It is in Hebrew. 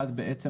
ואז אנחנו בעצם